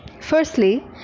firstly